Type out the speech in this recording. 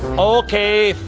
okay,